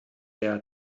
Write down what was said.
der